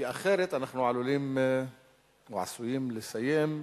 אחרת אנחנו עשויים לסיים.